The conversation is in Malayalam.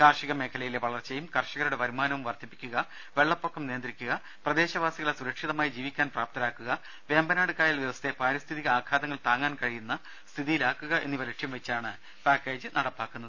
കാർഷിക മേഖലയിലെ വളർച്ചയും കർഷകരുടെ വരുമാനവും വർദ്ധിപ്പിക്കുക വെള്ളപ്പൊക്കം നിയന്ത്രിക്കുക പ്രദേശവാസികളെ സുരക്ഷിതമായി ജീവിക്കാൻ പ്രാപ്തരാക്കുക വേമ്പനാട് കായൽ വ്യവസ്ഥയെ പാരിസ്ഥിതിക ആഘാതങ്ങൾ താങ്ങാൻ കഴിയുന്ന സ്ഥിതിയിലാക്കുക എന്നിവ ലക്ഷ്യം വെച്ചാണ് പാക്കേജ് നടപ്പാക്കുന്നത്